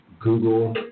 Google